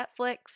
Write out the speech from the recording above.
Netflix